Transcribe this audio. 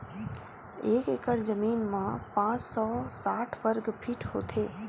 एक एकड़ जमीन मा पांच सौ साठ वर्ग फीट होथे